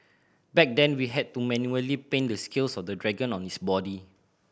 back then we had to manually paint the scales of the dragon on its body